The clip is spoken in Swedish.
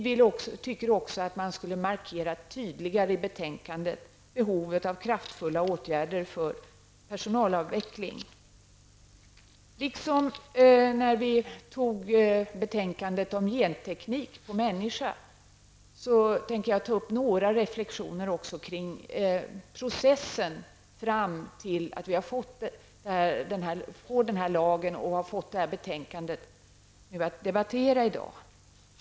Vi anser också att utskottet i sitt betänkande tydligare borde ha markerat behovet av kraftfulla åtgärder för personalutveckling. Liksom när vi tog betänkandet om genteknik på människa tänker jag ta upp några reflektioner kring processen fram till att vi har fått det betänkande som debatteras i dag.